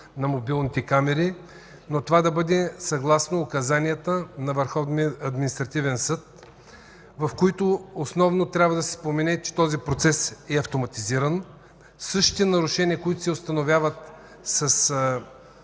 на мобилните камери, но това да бъде съгласно указанията на Върховния административен съд. Основно трябва да се спомене, че този процес е автоматизиран. Същите нарушения, които се установяват